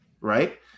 Right